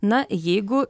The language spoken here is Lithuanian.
na jeigu